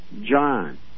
John